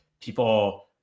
people